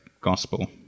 gospel